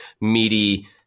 meaty